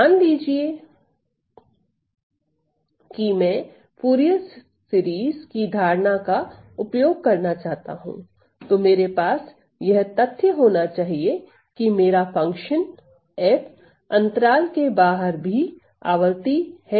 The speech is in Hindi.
मान लीजिए कि मैं फूरिये श्रेणी की धारणा का उपयोग करना चाहता हूं तो मेरे पास यह तथ्य होना चाहिए कि मेरा फंक्शन f अंतराल के बाहर भी आवर्ती है